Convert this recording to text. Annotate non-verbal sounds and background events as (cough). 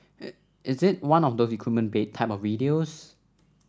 (unintelligible) is it one of those recruitment bait type of videos